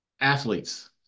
athletes